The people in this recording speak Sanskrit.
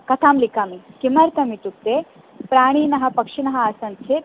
कथां लिखामि किमर्थमित्युक्ते प्राणिनः पक्षिणः आसन् चेत्